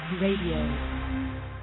Radio